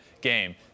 game